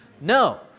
No